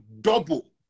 double